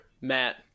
Matt